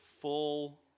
full